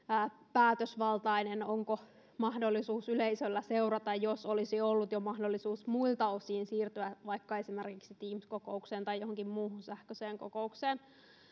päätösvaltainen ja onko mahdollisuus yleisöllä seurata jos olisi ollut jo mahdollisuus muilta osin siirtyä vaikka esimerkiksi teams kokoukseen tai johonkin muuhun sähköiseen kokoukseen